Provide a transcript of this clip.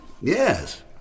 Yes